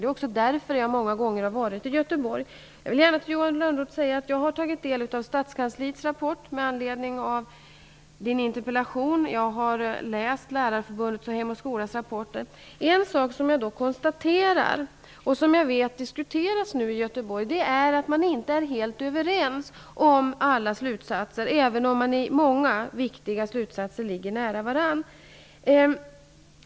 Det är därför som jag många gånger har varit i Jag skulle vilja säga till Johan Lönnroth att jag med anledning av hans interpellation har tagit del av stadskansliets rapport och att jag har läst rapporter från Lärarförbundet och Hem och skola. En sak som jag har konstaterat och som nu diskuteras i Göteborg är att man inte är helt överens om alla slutsatser, även om man i fråga om många viktiga slutsatser ligger nära varandra.